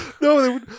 No